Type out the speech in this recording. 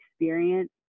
experience